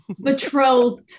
betrothed